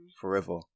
forever